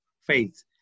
faith